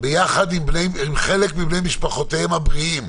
ביחד עם חלק מבני משפחותיהם הבריאים,